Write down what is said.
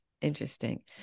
Interesting